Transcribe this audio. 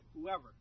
whoever